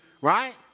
right